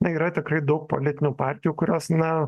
na yra tikrai daug politinių partijų kurios na